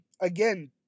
Again